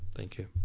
thank you.